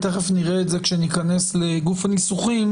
ותיכף נראה את זה כשניכנס לגוף הניסוחים